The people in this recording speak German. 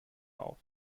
auf